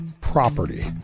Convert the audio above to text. property